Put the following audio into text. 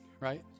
right